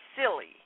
silly